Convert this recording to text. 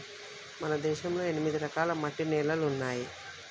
మన దేశంలో ఎనిమిది రకాల మట్టి నేలలున్నాయి